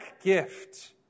gift